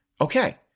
Okay